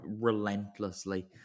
relentlessly